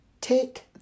Take